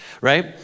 right